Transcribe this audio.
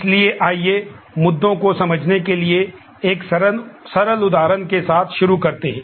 इसलिए आइए मुद्दों को समझने के लिए एक सरल उदाहरण के साथ शुरू करते हैं